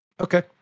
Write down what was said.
Okay